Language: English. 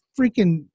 freaking